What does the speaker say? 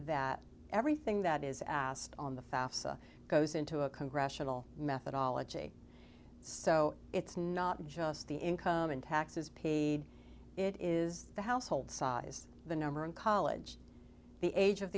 that everything that is asked on the fafsa goes into a congressional methodology so it's not just the income in taxes paid it is the household size the number in college the age of